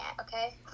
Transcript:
okay